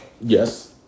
Yes